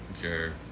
sure